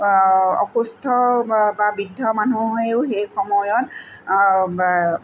অসুস্থ বা বৃদ্ধ মানুহেও সেই সময়ত